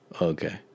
okay